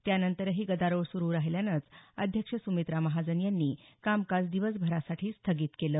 त्यानंतरही गदारोळ सुरुच राहिल्यानं अध्यक्ष सुमित्रा महाजन यांनी कामकाज दिवसभरासाठी स्थगित केलं